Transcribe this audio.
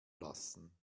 lassen